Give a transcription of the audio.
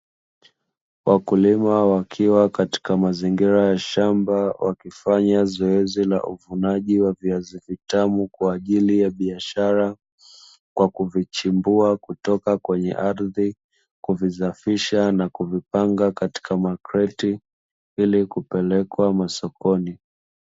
Wakulima wakiwa katika mazingira ya shamba, wakifanya zoezi la uvunaji wa viazi vitamu kwa ajili ya biashara, kwa kuvichimbua kutoka kwenye ardhi, kuvisafisha na kuvipanga katika makreti ili kupelekwa masokoni.